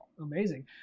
Amazing